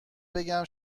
بگم